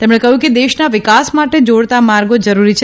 તેમણે કહયું કે દેશના વિકાસ માટે જાડતા માર્ગો જરૂરી છે